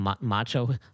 macho